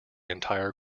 entire